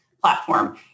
platform